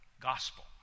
gospel